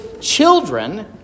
children